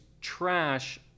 trash